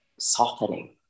softening